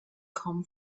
come